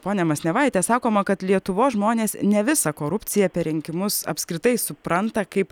ponia masnevaite sakoma kad lietuvos žmonės ne visą korupciją per rinkimus apskritai supranta kaip